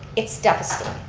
it's devastating.